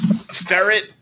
ferret